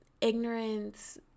ignorance